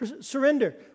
surrender